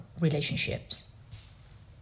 relationships